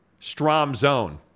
Stromzone